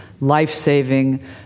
life-saving